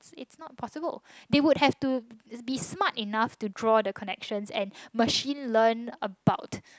it's not possible they would have to be smart enough to draw the connection and machine learnt about